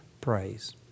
praise